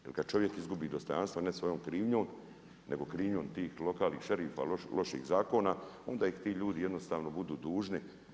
Jer kad čovjek izgubi dostojanstvo ne svojom krivnjom, nego krivnjom tih lokalnih šerifa, loših zakona, onda ih ti ljudi jednostavno budu dužni.